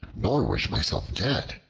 nor wish myself dead.